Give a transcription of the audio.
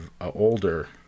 older